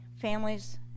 families